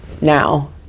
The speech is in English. Now